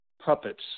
puppets